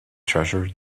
treasure